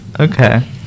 okay